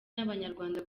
n’abanyarwanda